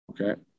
Okay